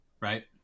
right